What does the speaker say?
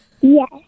Yes